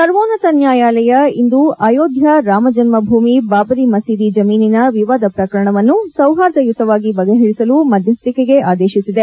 ಸರ್ವೋನ್ನತ ನ್ಯಾಯಾಲಯ ಇಂದು ಅಯೋಧ್ವಾ ರಾಮ ಜನ್ನ ಭೂಮಿ ಬಾಬರಿ ಮಸೀದಿ ಜಮೀನಿನ ವಿವಾದ ಪ್ರಕರಣವನ್ನು ಸೌಹಾರ್ಧಯುತವಾಗಿ ಬಗೆಹರಿಸಲು ಮಧ್ಯಸ್ಥಿಕೆಗೆ ಆದೇಶಿಸಿದೆ